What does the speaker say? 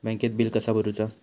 बँकेत बिल कसा भरुचा?